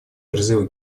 призывы